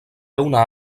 una